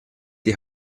die